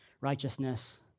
righteousness